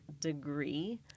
degree